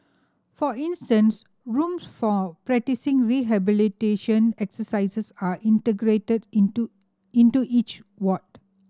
for instance rooms for practising rehabilitation exercises are integrated into into each ward